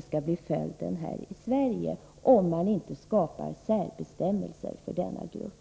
skall bli följden här i Sverige om man inte skapar särbestämmelser för denna grupp.